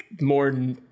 more